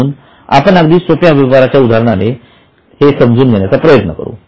म्हणून आपण अगदी सोप्या व्यवहाराच्या उदाहरणे हे ते समजून घेण्याचा प्रयत्न करू